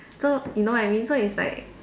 so you know what I mean so it's like